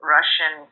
Russian